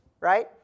Right